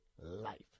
life